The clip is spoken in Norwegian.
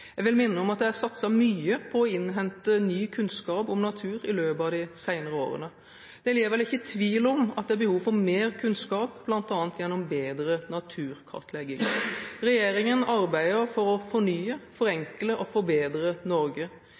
Jeg vil minne om at det er satset mye på å innhente ny kunnskap om natur i løpet av de senere årene. Det er likevel ingen tvil om at det er behov for mer kunnskap, bl.a. gjennom bedre naturkartlegging. Regjeringen arbeider for å fornye, forenkle og forbedre Norge.